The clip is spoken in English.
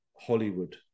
hollywood